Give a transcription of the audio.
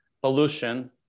pollution